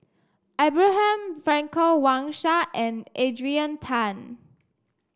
Abraham Frankel Wang Sha and Adrian Tan